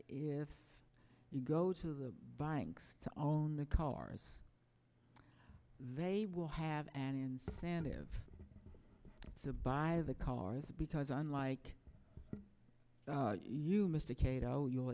if you go to the banks to own the cars they will have an incentive to buy the cars because unlike you mr cato you